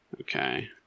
Okay